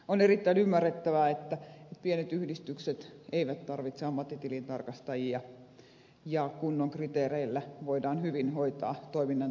on erittäin ymmärrettävää että pienet yhdistykset eivät tarvitse ammattitilintarkastajia ja kunnon kriteereillä voidaan hyvin hoitaa toiminnantarkastus